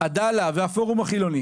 עדאללה והפורום החילוני